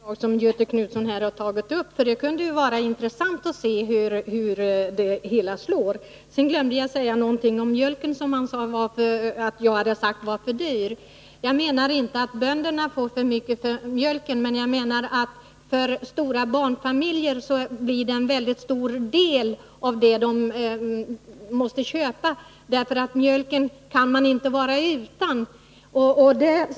Herr talman! Jag vill bara säga att jag är beredd att stödja ett sådant förslag om utredning som Göthe Knutson här har tagit upp. Det kunde vara intressant att se hur det hela slår. Jag glömde vidare att säga en sak om mjölken. Jag framhöll att denna är för dyr, men jag menar inte att bönderna får för mycket för mjölken. Den blir dock en mycket stor del av de nödvändiga inköpen i stora barnfamiljer. De kan inte vara utan mjölk. Bl. a.